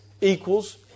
equals